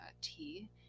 tea